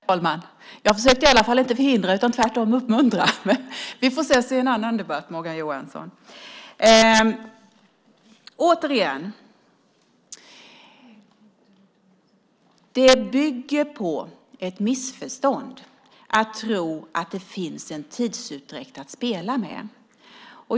Herr talman! Jag försökte i varje fall inte förhindra utan tvärtom att uppmuntra att en ny talare nu skulle få ordet, men det är för sent att anmäla sig. Vi får ses i en annan debatt, Morgan Johansson. Det bygger på ett missförstånd att tro att det finns en tidsutdräkt att spela med.